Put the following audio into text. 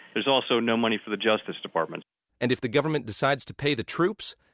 there's also no money for the justice department and if the government decides to pay the troops?